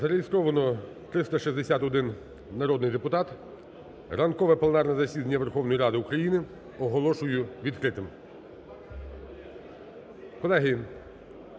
Зареєстровано 361 народний депутат. Ранкове пленарне засідання Верховної Ради України оголошую відкритим.